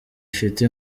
ifite